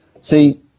See